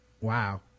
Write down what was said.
wow